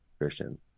Christian